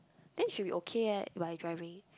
then should be okay eh but you driving